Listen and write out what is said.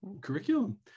Curriculum